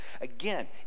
Again